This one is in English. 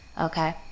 okay